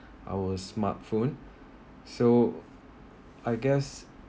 our smartphone so i guess